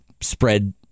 spread